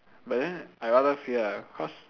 but then I rather fear ah cause